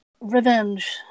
Revenge